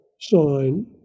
sign